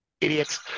idiots